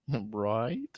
Right